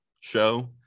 show